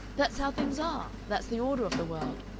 that's how things are that's the order of the world.